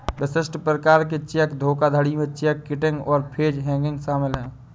विशिष्ट प्रकार के चेक धोखाधड़ी में चेक किटिंग और पेज हैंगिंग शामिल हैं